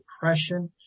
depression